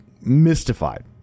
mystified